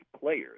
players